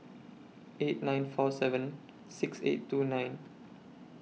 eight nine four seven six eight two nine